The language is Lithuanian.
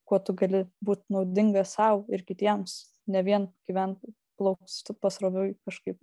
kuo tu gali būt naudingas sau ir kitiems ne vien gyvent plaustu pasroviui kažkaip